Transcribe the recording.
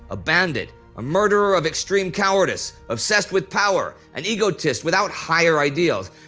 a bandit, a murderer of extreme cowardice, obsessed with power, an egotist without higher ideals,